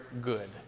good